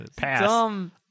Dumb